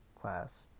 class